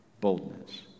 boldness